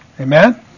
Amen